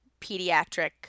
pediatric